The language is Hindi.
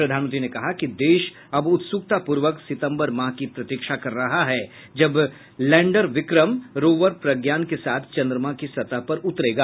प्रधानमंत्री ने कहा कि देश अब उत्सुकता पूर्वक सितंबर माह की प्रतीक्षा कर रहा है जब लैंडर विक्रम रोवर प्रज्ञान के साथ चंद्रमा की सतह पर उतरेगा